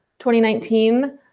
2019